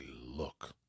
look